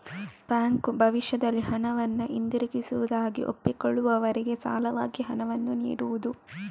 bank ಭವಿಷ್ಯದಲ್ಲಿ ಹಣವನ್ನ ಹಿಂದಿರುಗಿಸುವುದಾಗಿ ಒಪ್ಪಿಕೊಳ್ಳುವವರಿಗೆ ಸಾಲವಾಗಿ ಹಣವನ್ನ ನೀಡುದು